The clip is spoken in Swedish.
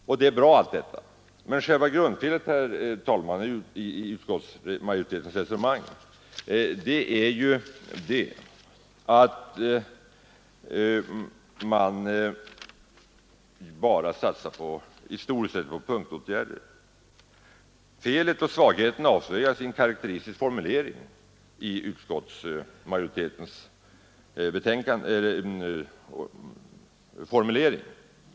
Allt detta är i och för sig bra, Men grundfelet i utskottsmajoritetens resonemang är att man i stor utsträckning bara vill satsa på punktåtgär der. Utskottsmajoriteten avslöjar felet och svagheten i en karakteristisk formulering i betänkandet.